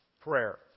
prayer